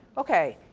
okay,